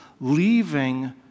leaving